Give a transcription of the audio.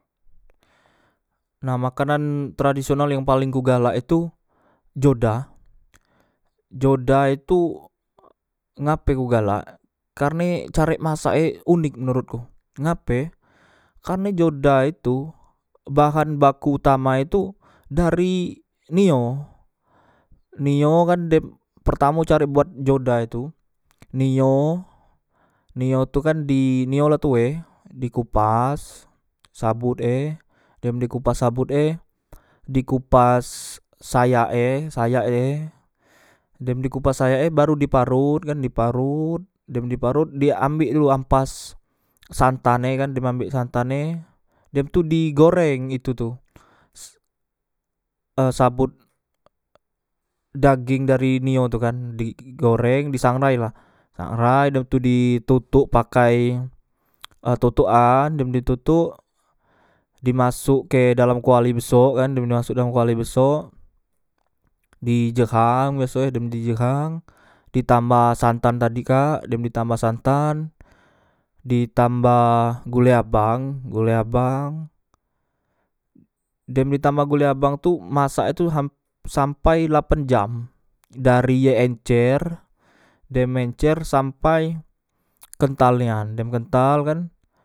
Nah makanan tradisional yang paleng ku galak itu joda joda itu ngape ku galak karne carek masak e unik menurutku ngape karne joda e tu bahan baku utama e tu dari nio nio kan dem pertamok carek buat joda e tu nio nio tu kan nio la tue dikupas sabut e dem dikupas sabut e dikupas sayak e sayak e dem dikupas sayake baru diparut kan diparot dem diparot diambek dulu ampas santan e kan diambek santan e dem tu digoreng tu itu tu e sabot dageng dari nio tu kan di goreng di sangrai la sangrai dem tu di totok pakai e totokan dem di totok dimasokke dalam kuali besok kan dem dimasok dalam kuali besok di jeham biasoe dem di jeham ditambah santan tadi kak dem ditambah santan ditambah gule abang gule abang dem ditambah gule abang tu masak e tu ham sampai lapan jam dari ye encer dem encer sampai kental nian dem kental kan